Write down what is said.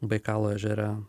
baikalo ežere